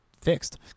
fixed